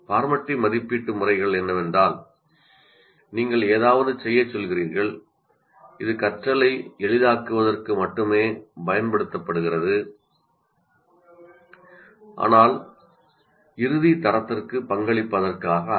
formative மதிப்பீட்டு முறைகள் என்னவென்றால் நீங்கள் ஏதாவது செய்யச் சொல்கிறீர்கள் இது கற்றலை எளிதாக்குவதற்கு மட்டுமே பயன்படுத்தப்படுகிறது ஆனால் இறுதி தரத்திற்கு பங்களிப்பதற்காக அல்ல